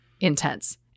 intense